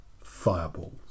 fireballs